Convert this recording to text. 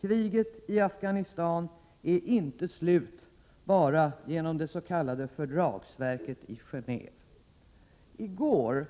Kriget i Afghanistan är inte slut bara genom det s.k. fördragsverket i Geneve. I går,